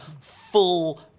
full